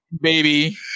baby